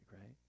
right